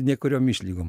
ne kuriom išlygom